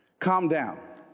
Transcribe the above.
calm down